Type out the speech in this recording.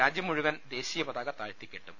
രാജ്യം മുഴുവൻ ദേശീയപതാക താഴ്ത്തിക്കെട്ടും